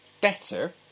better